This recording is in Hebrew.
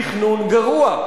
תכנון גרוע.